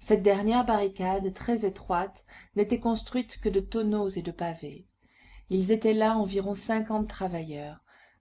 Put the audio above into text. cette dernière barricade très étroite n'était construite que de tonneaux et de pavés ils étaient là environ cinquante travailleurs